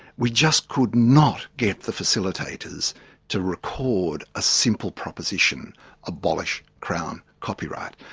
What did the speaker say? we just could not get the facilitators to record a simple proposition abolish crown copyright.